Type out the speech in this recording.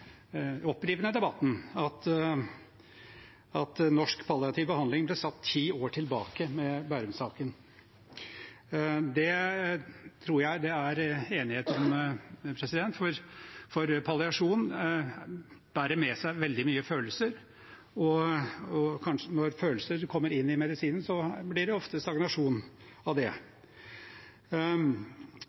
at norsk palliativ behandling ble satt ti år tilbake med Bærum-saken. Det tror jeg det er enighet om, for palliasjon bærer med seg veldig mye følelser, og når følelser kommer inn i medisinen, blir det ofte stagnasjon av det.